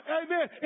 Amen